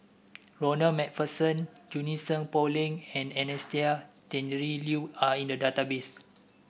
Ronald MacPherson Junie Sng Poh Leng and Anastasia Tjendri Liew are in the database